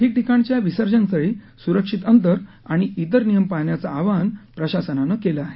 ठिकठिकाणच्या विसर्जनस्थळी सुरक्षित अंतर आणि तिर नियम पाळण्याचं आवाहन प्रशासनानं केलं आहे